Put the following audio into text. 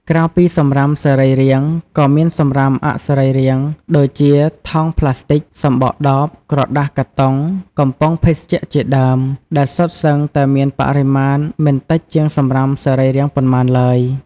ក្រៅពីសំរាមសរីរាង្គ ក៏មានសំរាមអសរីរាង្គដូចជាថង់ប្លាស្ទិក សំបកដប ក្រដាសកាតុង កំប៉ុងភេសជ្ជៈជាដើម ដែលសុទ្ធសឹងតែមានបរិមាណមិនតិចជាងសំរាមសរីរាង្គប៉ុន្មានឡើយ។